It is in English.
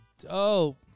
dope